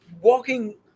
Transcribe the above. walking